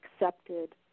accepted